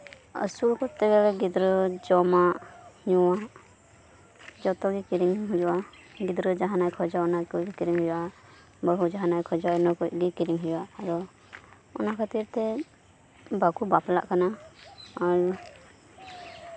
ᱟᱥᱚᱜ ᱟᱠᱚ ᱛᱚ ᱜᱤᱫᱽᱨᱟᱹ ᱡᱚᱢᱟᱜ ᱧᱩᱣᱟᱜ ᱡᱚᱛᱚ ᱜᱮ ᱠᱤᱨᱤᱧ ᱦᱩᱭᱩᱜᱼᱟ ᱜᱤᱫᱽᱨᱟᱹ ᱡᱟᱦᱟᱸᱱᱟᱜ ᱮᱭ ᱠᱷᱚᱡᱚᱜᱼᱟ ᱚᱱᱟ ᱜᱮ ᱠᱤᱨᱤᱧ ᱦᱩᱭᱩᱜᱼᱟ ᱵᱟᱹᱦᱩ ᱡᱟᱦᱟᱸ ᱜᱮᱭ ᱠᱷᱚᱡᱚᱜᱼᱟ ᱤᱱᱟᱹ ᱠᱚᱡ ᱜᱮ ᱠᱤᱨᱤᱧ ᱦᱩᱭᱩᱜᱼᱟ ᱚᱱᱟ ᱠᱷᱟᱹᱛᱤᱨ ᱛᱮ ᱵᱟᱠᱚ ᱵᱟᱯᱞᱟᱜ ᱠᱟᱱᱟ ᱟᱨ